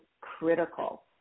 critical